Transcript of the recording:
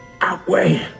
outweigh